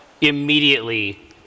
immediately